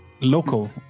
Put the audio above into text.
local